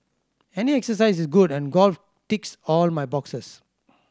any exercise is good and golf ticks all my boxes